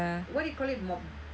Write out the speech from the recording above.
what do you call it mo~